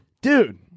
dude